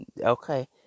okay